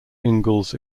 ingalls